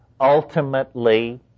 ultimately